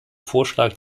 vorschlag